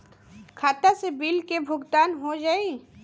खाता से बिल के भुगतान हो जाई?